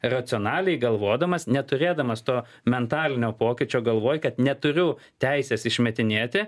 racionaliai galvodamas neturėdamas to mentalinio pokyčio galvoj kad neturiu teisės išmetinėti